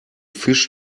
fisch